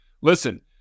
Listen